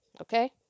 okay